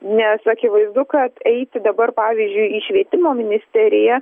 nes akivaizdu kad eiti dabar pavyzdžiui į švietimo ministeriją